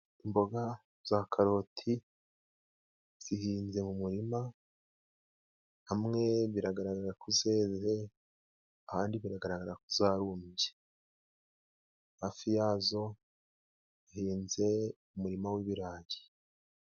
Imboga za karoti zihinze mu murima hamwe biragaragara ko zeze ,ahandi biragaragara ko zarumbye, hafi yazo hahinze umurima w'ibirayi.